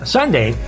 Sunday